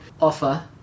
offer